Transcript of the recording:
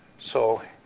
so,